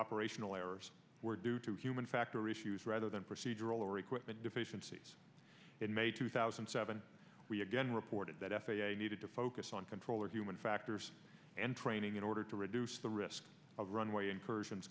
operational errors were due to human factor issues rather than procedural or equipment deficiencies in may two thousand and seven we again reported that f a a needed to focus on controller human factors and training in order to reduce the risk of runway incursions